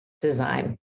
design